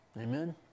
Amen